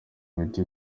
miti